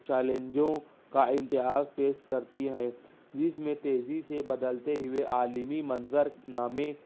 چیلنجوں کا امتیاز پیش کرتی ہے جس میں تیزی سے بدلتے ہوئے عالمی منظرنامے